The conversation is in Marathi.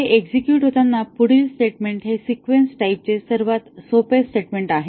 हे एक्झेक्युट होताना पुढील स्टेटमेंट हे सिक्वेन्स टाईप चे सर्वात सोपे स्टेटमेंट आहे